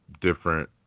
different